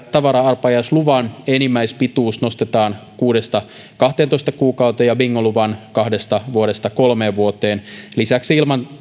arpajaisluvan enimmäispituus nostetaan kuudesta kahteentoista kuukauteen ja bingoluvan kahdesta vuodesta kolmeen vuoteen lisäksi ilman